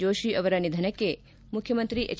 ಜೋಷಿ ಅವರ ನಿಧನಕ್ಕೆ ಮುಖ್ಯಮಂತ್ರಿ ಎಚ್